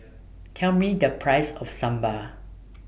Tell Me The Price of Sambar